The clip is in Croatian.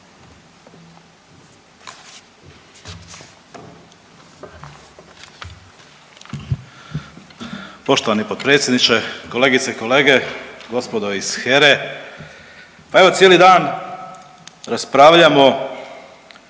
Poštovani potpredsjedniče, kolegice i kolege, gospodo iz HERA-e. Pa evo cijeli dan raspravljamo